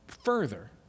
Further